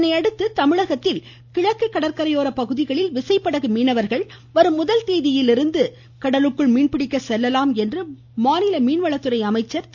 இதனையடுத்து தமிழகத்தில் கிழக்கு கடற்கரையோர பகுதிகளில் விசைப்படகு மீனவர்கள் வரும் முதல் தேதியிலிருந்து கடலுக்குள் மீன்பிடிக்க செல்லலாம் என்று மாநில மீன்வளத்துறை அமைச்சர் திரு